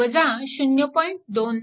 7 v1 0